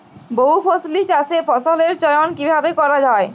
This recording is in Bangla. বহুফসলী চাষে ফসলের চয়ন কীভাবে করা হয়?